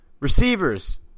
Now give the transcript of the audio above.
receivers